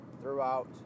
throughout